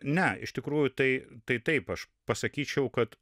ne iš tikrųjų tai tai taip aš pasakyčiau kad